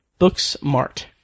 Booksmart